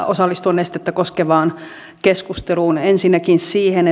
osallistua nestettä koskevaan keskusteluun ensinnäkin siihen